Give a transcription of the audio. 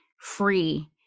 free